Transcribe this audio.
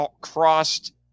crossed